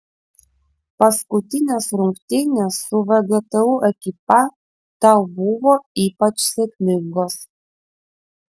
paskutinės rungtynės su vgtu ekipa tau buvo ypač sėkmingos